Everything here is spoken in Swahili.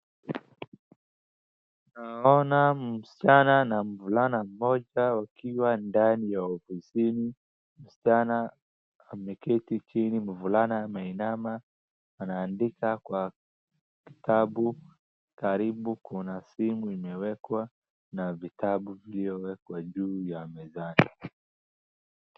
Naona msichana na mvulana mmoja wakiwa ndani ya ofisi. Msichana ameketi chini, mvulana ameinama anaandika kwa kitabu. Karibu kuna simu imewekwa karibu na vitabu vilivyowekwa mezani.